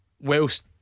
whilst